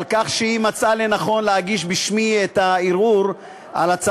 על כך שהיא מצאה לנכון להגיש בשמי את הערעור לאחר